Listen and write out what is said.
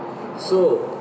so